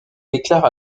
déclare